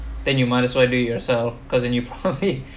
then you might as well do it yourself because then you probably